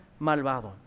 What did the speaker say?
malvado